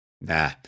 Nah